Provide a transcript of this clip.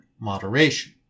moderation